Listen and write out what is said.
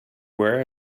wear